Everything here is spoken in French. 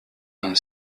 vingt